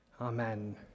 Amen